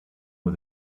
was